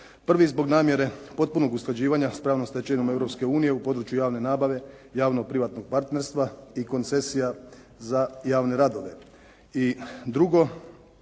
Prvi zbog namjere potpunog usklađivanja s pravnom stečevinom Europske unije u području javne nabave, javno-privatnog partnerstva i koncesija za javne radove.